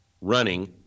running